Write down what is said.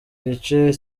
gice